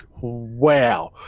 Wow